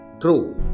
True